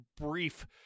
brief